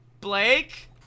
Blake